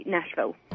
Nashville